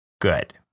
good